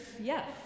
yes